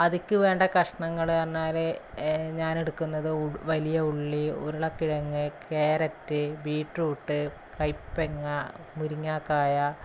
അതിലേക്ക് വേണ്ട കഷ്ണങ്ങളെന്നു പറഞ്ഞാല് ഞാനെടുക്കുന്നത് വലിയ ഉള്ളി ഉരുളക്കിഴങ്ങ് കേരറ്റ് ബീറ്റ്റൂട്ട് കയ്പങ്ങ മുരിങ്ങാക്കായ